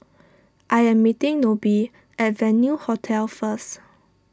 I am meeting Nobie at Venue Hotel first